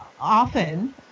often